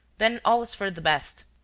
then all is for the best.